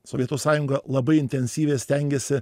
sovietų sąjunga labai intensyviai stengėsi